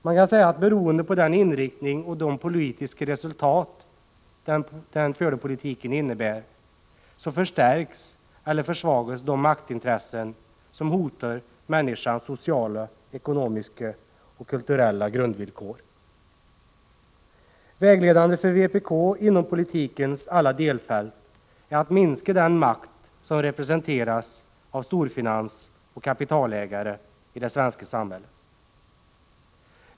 Man kan säga, att beroende på den inriktning den förda politiken har och de politiska resultat den innebär, förstärks eller försvagas de maktintressen som hotar människans sociala, ekonomiska och kulturella grundvillkor. Vägledande för vpk inom politikens alla delfält är att vi vill minska den makt som representeras av storfinans och kapitalägare i det svenska samhället.